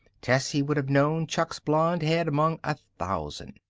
tessie would have known chuck's blond head among a thousand.